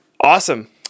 Awesome